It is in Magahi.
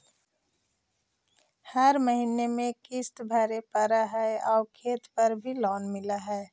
हर महीने में किस्त भरेपरहै आउ खेत पर भी लोन मिल है?